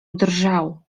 drżał